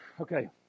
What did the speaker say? Okay